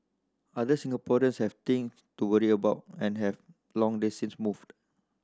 other Singaporeans have things to worry about and have long they since moved